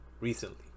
recently